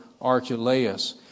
Archelaus